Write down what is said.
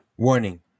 Warning